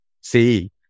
see